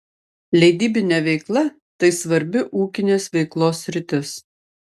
leidybinė veikla tai svarbi ūkinės veiklos sritis